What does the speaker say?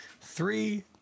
Three